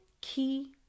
key